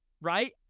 right